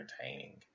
entertaining